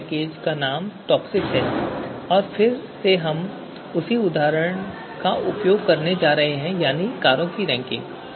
इस पैकेज का नाम टॉपसिस है और फिर से हम उसी उदाहरण का उपयोग करने जा रहे हैं यानी कारों की रैंकिंग